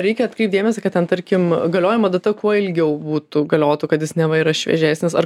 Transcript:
reikia atkreipt dėmesį kad ten tarkim galiojimo data kuo ilgiau būtų galiotų kad jis neva yra šviežesnis ar